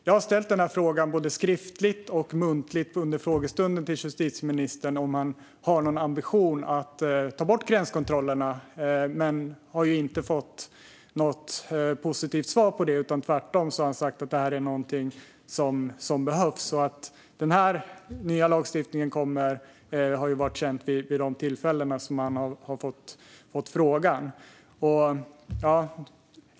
Jag har ställt frågan både skriftligt och muntligt under frågestunden till justitieministern om han har någon ambition att ta bort gränskontrollerna, men jag har inte fått något positivt svar. Han har tvärtom sagt att det här är någonting som behövs. Den nya lagstiftningen har varit känd vid de tillfällen som han har fått frågan.